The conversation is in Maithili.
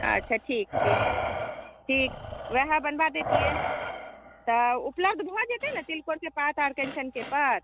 अच्छा ठीक ठीक ठीक वएह बनबा देतियै तऽ उपलब्ध भऽ जेतै ने तिलकोरके पात आ अरिकञ्चनके पात